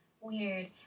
weird